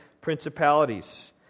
principalities